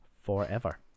forever